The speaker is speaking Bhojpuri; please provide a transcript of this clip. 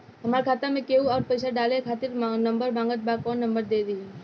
हमार खाता मे केहु आउर पैसा डाले खातिर नंबर मांगत् बा कौन नंबर दे दिही?